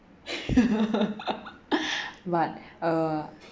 but uh